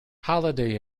holiday